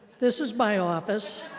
this is my office.